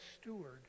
steward